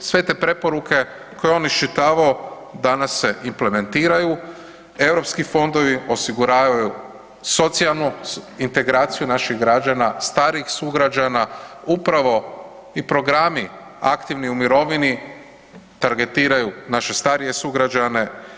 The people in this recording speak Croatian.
Sve te preporuke koje je on iščitavao danas se implementiraju, europski fondovi osiguravaju socijalnu integraciju naših građana, starijih sugrađana, upravo i programi aktivni u mirovini targetiraju naše starije sugrađane.